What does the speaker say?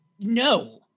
no